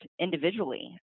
individually